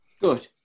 Good